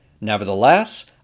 Nevertheless